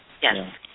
Yes